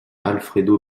alfredo